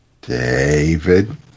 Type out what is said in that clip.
David